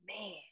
Man